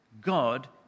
God